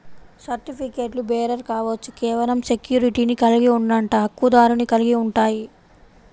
సర్టిఫికెట్లుబేరర్ కావచ్చు, కేవలం సెక్యూరిటీని కలిగి ఉండట, హక్కుదారుని కలిగి ఉంటాయి,